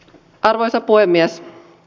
arvoisa puhemies